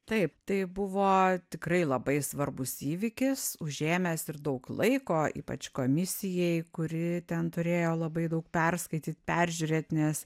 taip tai buvo tikrai labai svarbus įvykis užėmęs ir daug laiko ypač komisijai kuri ten turėjo labai daug perskaityt peržiūrėt nes